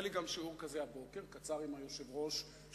היה לי גם שיעור כזה קצר הבוקר עם יושב-ראש הכנסת.